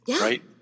right